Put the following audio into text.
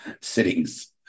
sittings